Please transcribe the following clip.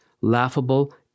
laughable